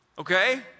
Okay